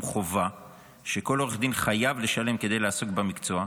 חובה שכל עורך דין חייב לשלם כדי לעסוק במקצוע,